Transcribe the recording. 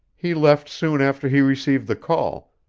he left soon after he received the call,